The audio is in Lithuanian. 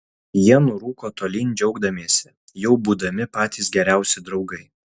jie nurūko tolyn džiaugdamiesi jau būdami patys geriausi draugai